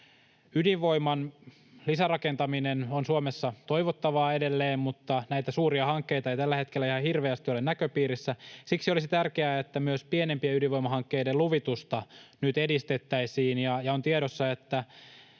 Ydinvoiman lisärakentaminen on Suomessa toivottavaa edelleen, mutta suuria hankkeita ei tällä hetkellä ihan hirveästi ole näköpiirissä. Siksi olisi tärkeää, että myös pienempien ydinvoimahankkeiden luvitusta nyt edistettäisiin. On tiedossa, että